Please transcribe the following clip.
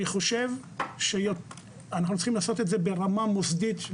אני חושב שאנחנו מריכים לעשות את זה ברמה מסודית.